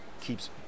keeps